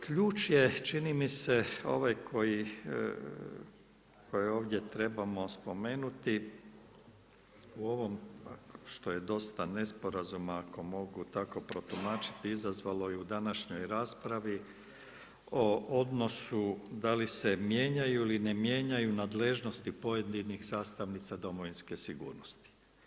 Ključ je čini mi se ovaj koji ovdje trebamo spomenuti u ovom što je dosta nesporazuma ako mogu tako protumačiti izazvalo i u današnjoj raspravi o odnosu da li se mijenjaju ili ne mijenjaju nadležnosti pojedinih sastavnica domovinske sigurnosti.